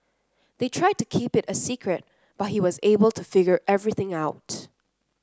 they tried to keep it a secret but he was able to figure everything out